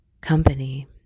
company